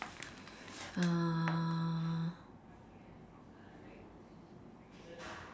uh